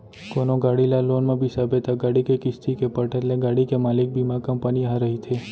कोनो गाड़ी ल लोन म बिसाबे त गाड़ी के किस्ती के पटत ले गाड़ी के मालिक बीमा कंपनी ह रहिथे